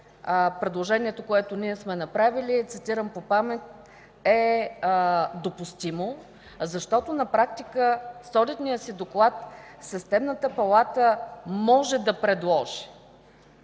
предложението, което ние сме направили, цитирам по памет: „е допустимо”, защото на практика с одитния си доклад Сметната палата може да предложи